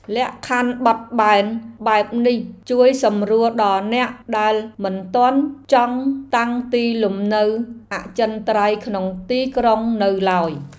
លក្ខខណ្ឌបត់បែនបែបនេះជួយសម្រួលដល់អ្នកដែលមិនទាន់ចង់តាំងទីលំនៅអចិន្ត្រៃយ៍ក្នុងទីក្រុងនៅឡើយ។